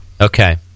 Okay